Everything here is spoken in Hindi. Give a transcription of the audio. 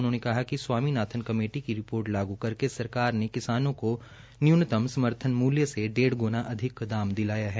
उन्होंने कहा कि स्वामीनाथन कमेटी की रिपोर्ट लागू करके सरकार ने किसानों को न्यूनतम समर्थन मूल्य से डेढ़ ग्रणा अधिक दाम दिलाया है